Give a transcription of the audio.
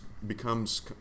becomes